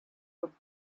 were